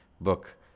book